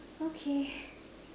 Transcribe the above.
okay